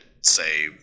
say